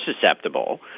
susceptible